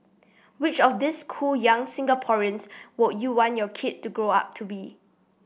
which of these cool young Singaporeans would you want your kid to grow up to be